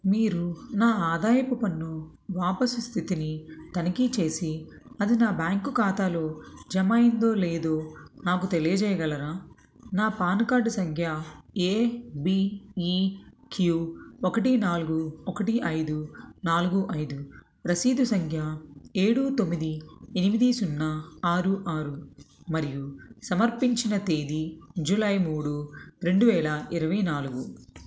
మీరు నా ఆదాయపు పన్ను వాపసు స్థితిని తనిఖీ చేసి అది నా బ్యాంకు ఖాతాలో జమ అయిందో లేదో నాకు తెలియజేయగలరా నా పాన్ కార్డు సంఖ్య ఏ బీ ఈ క్యూ ఒకటి నాలుగు ఒకటి ఐదు నాలుగు ఐదు రసీదు సంఖ్య ఏడు తొమ్మిది ఎనిమిది సున్నా ఆరు ఆరు మరియు సమర్పించిన తేదీ జులై మూడు రెండు వేల ఇరవై నాలుగు